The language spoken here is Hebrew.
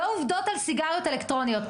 לא עובדות על סיגריות אלקטרוניות.